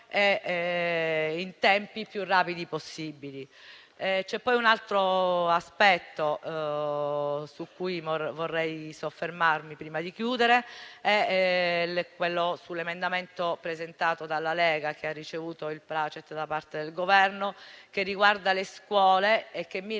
nei tempi più rapidi possibili. C'è poi un altro aspetto su cui vorrei soffermarmi prima di chiudere. Mi riferisco all'emendamento presentato dalla Lega, che ha ricevuto il *placet* da parte del Governo, che riguarda le scuole e che mira